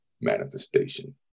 manifestation